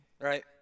right